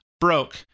broke